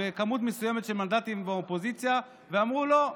מספר מסוים של מנדטים באופוזיציה, ואמרה: לא,